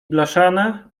blaszane